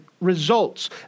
Results